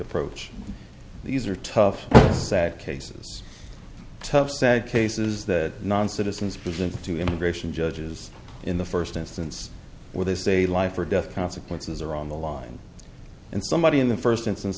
approach these are tough cases tough sad cases that non citizens present to immigration judges in the first instance where they say life or death consequences are on the line and somebody in the first instance